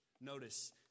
Notice